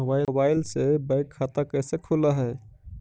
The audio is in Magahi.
मोबाईल से बैक खाता कैसे खुल है?